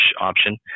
option